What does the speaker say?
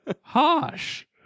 Harsh